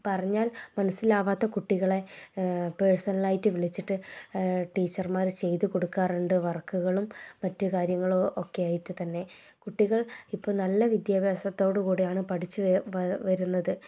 പറഞ്ഞാൽ മനസ്സിലാവാത്ത കുട്ടികളെ പേഴ്സണൽ ആയിട്ട് വിളിച്ചിട്ട് ടീച്ചർമാർ ചെയ്ത് കൊടുക്കാറുണ്ട് വർക്കുകളും മറ്റു കാര്യങ്ങളും ഒക്കെ ആയിട്ട് തന്നെ കുട്ടികൾ ഇപ്പം നല്ല വിദ്യാഭ്യാസത്തോട് കൂടെയാണ് പഠിച്ച് വരുന്നത്